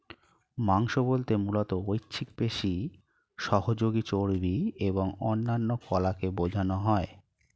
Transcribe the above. মাংস বলতে মূলত ঐচ্ছিক পেশি, সহযোগী চর্বি এবং অন্যান্য কলাকে বোঝানো হয়